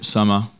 Summer